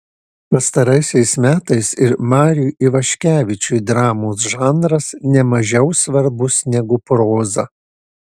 pastaraisiais metais ir mariui ivaškevičiui dramos žanras ne mažiau svarbus negu proza